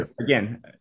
Again